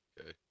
Okay